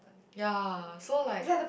ya so like